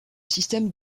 système